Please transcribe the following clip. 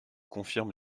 confirme